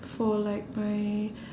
for like my